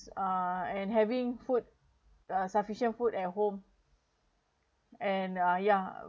err and having food uh sufficient food at home and uh ya